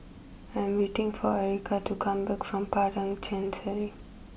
I'm waiting for Ericka to come back from Padang Chancery